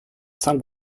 some